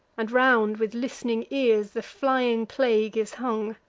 and round with list'ning ears the flying plague is hung.